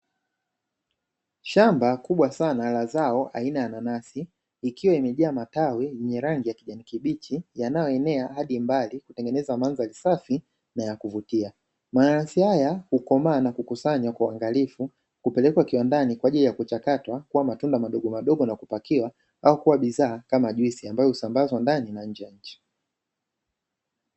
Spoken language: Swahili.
Shamba kubwa sana la zao aina ya nanasi ikiwa imejaa matawi yenye rangi ya kijani kibichi yanayoenea hadi mbali kutengeneza mandhari safi na ya kuvutia. Mananasi haya hukomaa na kukusanywa kwa uangalifu kupelekwa kiwandani kwa ajili ya kuchakatwa kuwa matunda madogo madogo na kupakiwa au kuwa bidhaa kama juisi ambayo husambazwa ndani na nje ya nchi.